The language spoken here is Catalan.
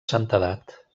santedat